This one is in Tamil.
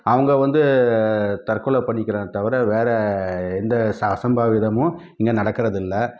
அவங்க வந்து தற்கொலை பண்ணிக்கிறாங்க தவிர வேறு எந்த ச அசம்பாவிதமும் இங்கே நடக்கறதில்லை